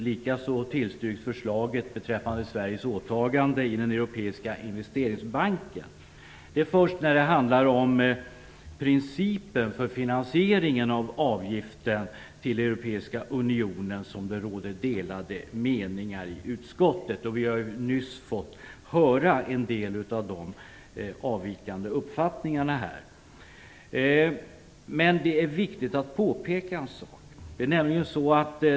Likaså tillstyrks förslaget beträffande Sveriges åtagande i den europeiska investeringsbanken. Det är först när det handlar om principen för finansieringen av avgiften till Europeiska unionen som det råder delade meningar i utskottet. Vi har nyss fått höra en del av de avvikande uppfattningarna. Det är viktigt att påpeka en sak.